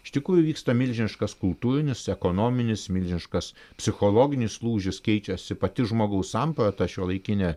iš tikrųjų vyksta milžiniškas kultūrinis ekonominis milžiniškas psichologinis lūžis keičiasi pati žmogaus samprata šiuolaikinė